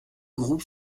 groupe